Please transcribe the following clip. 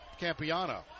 Campiano